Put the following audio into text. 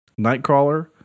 Nightcrawler